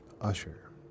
Usher